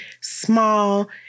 small